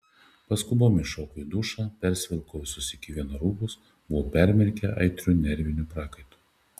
paskubom įšokau į dušą persivilkau visus iki vieno rūbus buvo permirkę aitriu nerviniu prakaitu